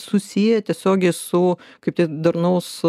susiję tiesiogiai su kaip tik darnaus